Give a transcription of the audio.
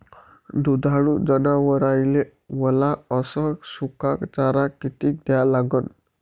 दुधाळू जनावराइले वला अस सुका चारा किती द्या लागन?